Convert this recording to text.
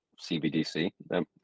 CBDC